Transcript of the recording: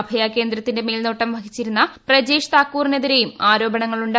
അഭയ കേന്ദ്രത്തിന്റെ മേൽനോട്ടം വഹിച്ചിരുന്ന പ്രജേഷ് താക്കൂറിന് എതിരെയും ആരോപണങ്ങളുണ്ട്